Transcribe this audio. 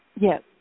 Yes